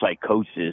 psychosis